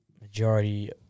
Majority